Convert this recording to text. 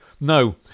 no